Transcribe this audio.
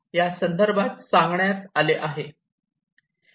या संदर्भात सांगण्यात आले आहे